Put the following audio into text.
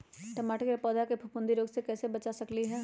टमाटर के पौधा के फफूंदी रोग से कैसे बचा सकलियै ह?